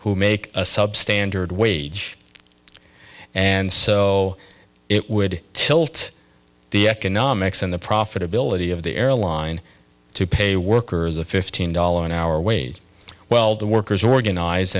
who make a substandard wage and so it would tilt the economics and the profitability of the airline to pay workers a fifteen dollars an hour ways well the workers organize